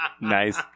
Nice